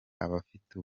abafite